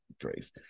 Grace